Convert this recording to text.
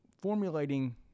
Formulating